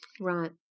Right